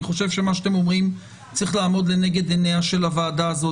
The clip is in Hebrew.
אני חושב שמה שאתם אומרים צריך לעמוד לנגד עיניה של הוועדה הזאת,